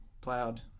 Plowed